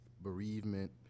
bereavement